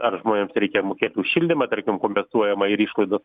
ar žmonėms reikia mokėti už šildymą tarkim kompensuojama ir išlaidos